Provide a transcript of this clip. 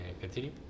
continue